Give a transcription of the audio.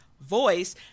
voice